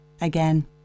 Again